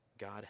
God